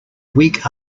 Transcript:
weak